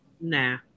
Nah